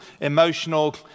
emotional